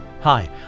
Hi